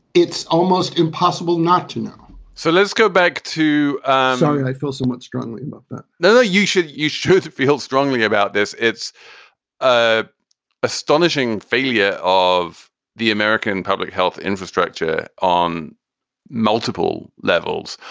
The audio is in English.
it's almost impossible not to know so let's go back to. i feel somewhat strongly about that. no, no, you should. you should feel strongly about this it's ah astonishing failure of the american public health infrastructure on multiple levels.